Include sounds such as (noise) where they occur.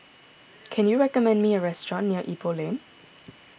(noise) can you recommend me a restaurant near Ipoh Lane